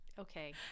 Okay